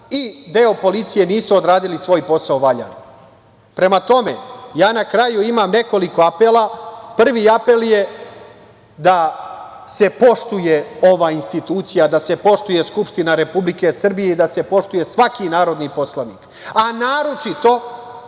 i deo policije nisu odradili svoj posao valjano. Prema tome, na kraju imam nekoliko apela. Prvi apel je da se poštuje ova institucija, da se poštuje Skupština Republike Srbije i da se poštuje svaki narodni poslanik, a naročito